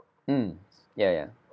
um ya ya